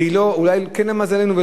ואולי למזלנו,